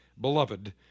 beloved